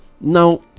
now